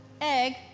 egg